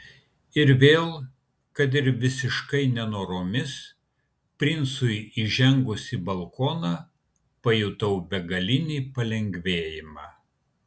ir vėl kad ir visiškai nenoromis princui įžengus į balkoną pajutau begalinį palengvėjimą